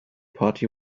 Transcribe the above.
party